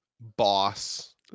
boss